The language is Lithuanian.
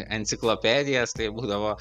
enciklopedijas tai būdavo